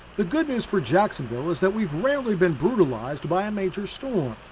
the good news for jacksonville is that we've rarely been brutalized by a major storm.